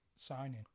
signing